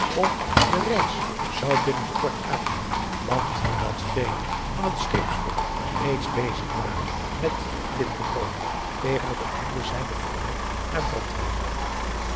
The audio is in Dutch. of de reis zou binnen kort aangaan want dat vele van het scheepsvolk reeds bezig waren met wind te koopen tegen het op handen zijnde vertrek naar drontheim